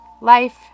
Life